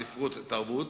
ספרות תרבות",